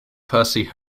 percy